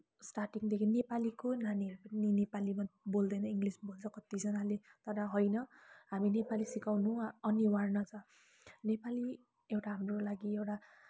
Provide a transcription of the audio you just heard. स्टार्टिङदेखिन नेपालीको नानीहरू नेपालीमा बोल्दैन इङ्लिस् बोल्छ कतिजानाले तर होइन हामी नेपाली सिकाउनु अनिवार्य छ नेपाली एउटा हाम्रो लागि एउटा